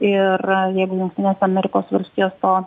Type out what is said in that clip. ir jeigu jungtinės amerikos valstijos to